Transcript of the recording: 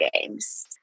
games